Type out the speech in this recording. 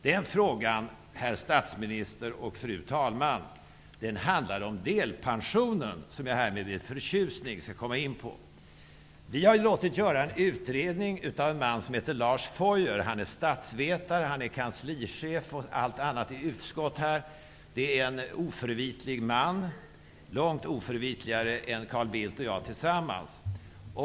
Då handlade det, herr statsminister och fru talman, om delpensionen, som jag härmed med förtjusning skall komma in på. Vi har låtit en man som heter Lars Foyer göra en utredning. Han är statsvetare och har varit kanslichef i utskott. Det är en oförvitlig man, långt oförvitligare än Carl Bildt och jag tillsammans.